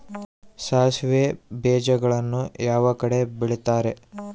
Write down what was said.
ಸಾಸಿವೆ ಬೇಜಗಳನ್ನ ಯಾವ ಕಡೆ ಬೆಳಿತಾರೆ?